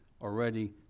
already